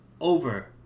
over